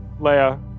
Leia